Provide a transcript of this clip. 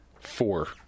Four